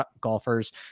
golfers